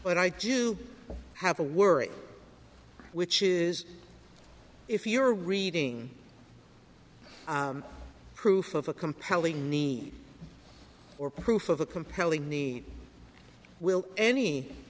but i do have a worry which is if you're reading proof of a compelling need or proof of a compelling need will any